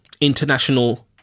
international